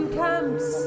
camps